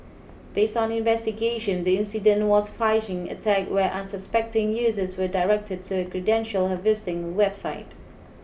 based on investigation the incident was phishing attack where unsuspecting users were directed to a credential harvesting website